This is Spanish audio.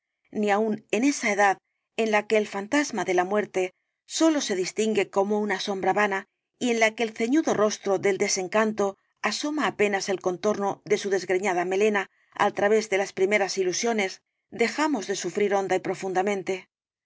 ni aun en esa edad en que el fantasma de la muerte sólo se distingue como una sombra vana y en la que el ceñudo rostro del desencanto asoma apenas el contorno de su desgreñada melena al través de las primeras ilusiones dejamos i rosalía de castro de sufrir honda y profundamente